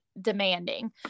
demanding